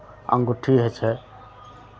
अङ्गूठी होइ छै